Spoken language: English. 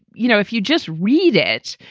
you know, if you just read it,